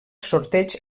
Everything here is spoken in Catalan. sorteig